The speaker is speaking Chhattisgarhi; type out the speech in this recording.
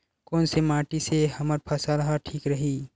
कोन से माटी से हमर फसल ह ठीक रही?